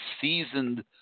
seasoned